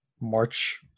march